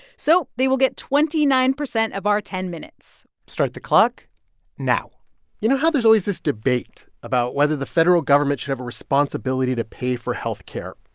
so they will get twenty nine percent of our ten minutes start the clock now you know how there's always this debate about whether the federal government should have a responsibility to pay for health care?